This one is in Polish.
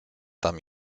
tam